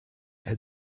had